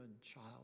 child